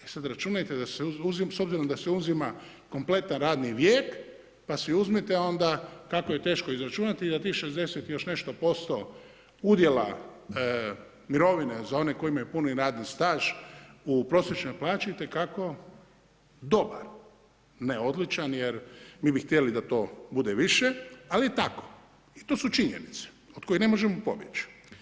E sad računajte, s obzirom da se uzima kompletan radni vijek, pa si uzmite onda kako je teško izračunati da tih 60 i još nešto posto udjela mirovina za one koji imaju puni radni staž u prosječnoj plaći itekako dobar, ne odličan, jer mi bi htjeli da to bude više, ali je tako i to su činjenice, od kojih ne možemo pobjeći.